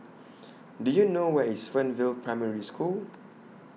Do YOU know Where IS Fernvale Primary School